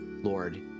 Lord